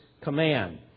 command